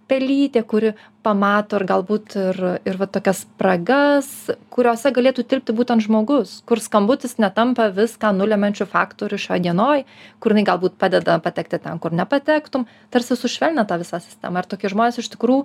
pelytė kuri pamato ir galbūt ir ir va tokias spragas kuriose galėtų dirbti būtent žmogus kurs skambutis netampa viską nulemiančiu faktoriu šioj dienoj kur jinai galbūt padeda patekti ten kur nepatektum tarsi sušvelnina tą visą sistemą ir tokie žmonės iš tikrų